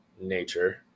nature